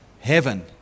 heaven